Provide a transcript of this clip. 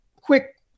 quick